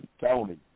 Tony